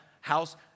house